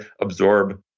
absorb